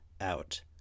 out